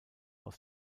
aus